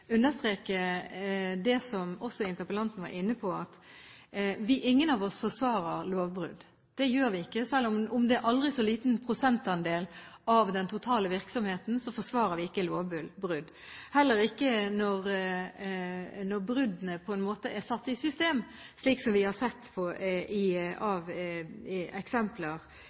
understreke det interpellanten var inne på: Ingen av oss forsvarer lovbrudd. Det gjør vi ikke. Selv om det er en aldri så liten prosentandel av den totale virksomheten, forsvarer vi ikke lovbrudd – heller ikke når bruddene på en måte er satt i system, som vi har sett av eksempler